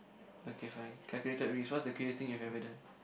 okay fine calculated risk what the craziest things you ever done